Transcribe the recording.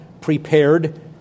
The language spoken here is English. prepared